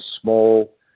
small